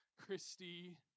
Christy